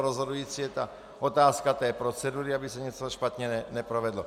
Rozhodující je otázka té procedury, aby se něco špatně neprovedlo.